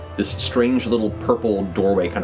this strange little purple doorway